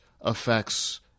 affects